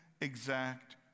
exact